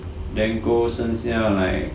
then gold 剩下 like